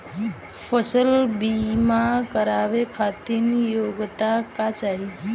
फसल बीमा करावे खातिर योग्यता का चाही?